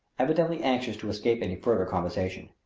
evidently anxious to escape any further conversation.